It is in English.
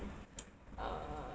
uh